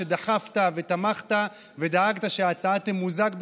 על שדחפת ושתמכת ושדאגת שההצעה תמוזג,